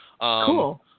Cool